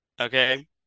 Okay